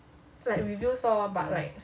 like reviews lor but like